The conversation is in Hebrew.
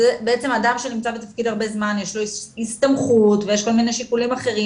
אדם שנמצא בתפקיד הרבה זמן יש לו הסתמכות ויש כל מיני שיקולים אחרים,